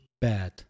bad